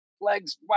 legs